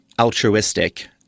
altruistic